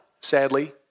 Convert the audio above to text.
sadly